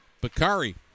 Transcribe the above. Bakari